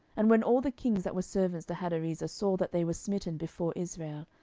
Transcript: and when all the kings that were servants to hadarezer saw that they were smitten before israel,